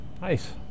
Nice